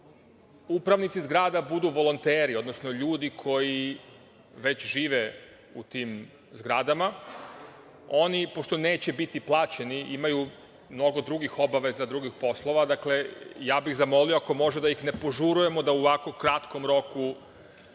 upravnici zgrada budu volonteri, odnosno ljudi koji već žive u tim zgradama, oni, pošto neće biti plaćeni, imaju mnogo drugih obaveza, drugih poslova. Dakle, ja bih zamolio ako može da ih ne požurujemo da u ovako kratkom roku